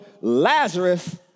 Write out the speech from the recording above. Lazarus